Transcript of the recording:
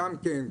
גם כן,